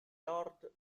lord